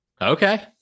Okay